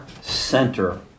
Center